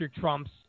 Trump's